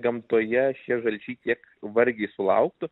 gamtoje šie žalčiai tiek vargiai sulauktų